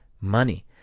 money